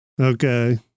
Okay